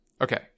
Okay